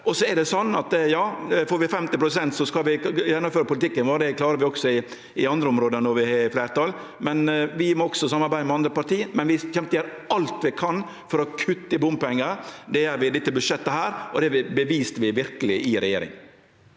Så er det slik at om vi får 50 pst., skal vi gjennomføre politikken vår. Det klarer vi også i andre område når vi har fleirtal. Vi må også samarbeide med andre parti, men vi kjem til å gjere alt vi kan for å kutte i bompengar. Det gjer vi i dette budsjettet, og det beviste vi verkeleg i regjering.